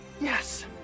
Yes